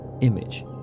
image